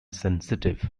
sensitive